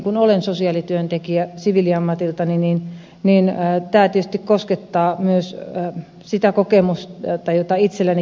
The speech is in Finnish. kun itsekin olen sosiaalityöntekijä siviiliammatiltani niin tämä tietysti koskettaa myös sitä kokemusta jota itsellänikin on ollut